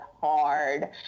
hard